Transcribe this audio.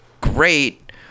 great